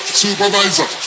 supervisor